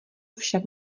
však